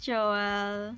Joel